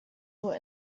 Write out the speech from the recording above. nur